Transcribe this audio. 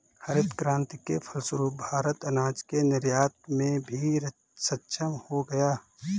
हरित क्रांति के फलस्वरूप भारत अनाज के निर्यात में भी सक्षम हो गया